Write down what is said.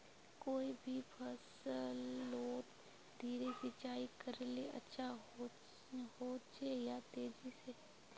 कोई भी फसलोत धीरे सिंचाई करले अच्छा होचे या तेजी से?